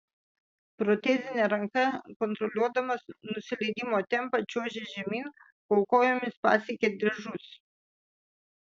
protezine ranka kontroliuodamas nusileidimo tempą čiuožė žemyn kol kojomis pasiekė diržus